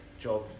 job